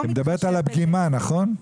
את מדברת על הפגימה, נכון?